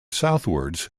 southwards